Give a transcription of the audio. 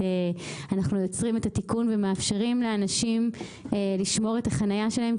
אנחנו יוצרים את התיקון ומאפשרים לאנשים לשמור את החניה שלהם,